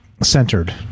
centered